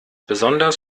besonders